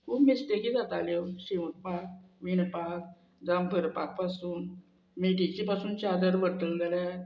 खूब मिस्टेकी जाताल्यो शिवपाक विणपाक जावं भरपाक पासून मिटीचे पासून चादर व्हडटले जाल्यार